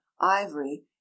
ivory